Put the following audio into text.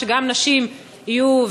שגם נשים יהיו,